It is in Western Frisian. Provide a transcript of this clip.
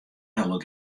hielendal